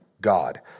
God